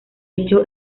hecho